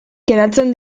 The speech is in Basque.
geratzen